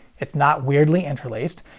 it's not weirdly interlaced.